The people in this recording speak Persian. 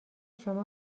شما